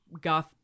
goth